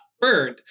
Bird